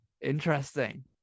interesting